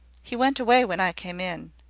he went away when i came in.